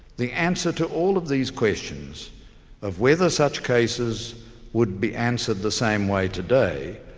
the answer to all of these questions of whether such cases would be answered the same way today,